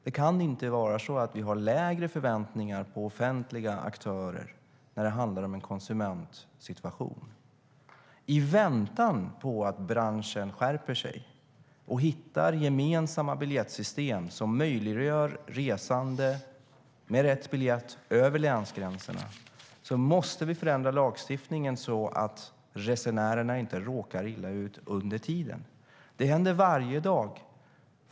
Det kan inte vara så att vi har lägre förväntningar på offentliga aktörer när det handlar om en konsumentsituation. I väntan på att branschen skärper sig och hittar gemensamma biljettsystem som möjliggör resande med rätt biljett över länsgränserna måste vi förändra lagstiftningen så att resenärerna inte råkar illa ut under tiden. Det händer varje dag.